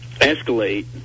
escalate